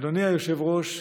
אדוני היושב-ראש,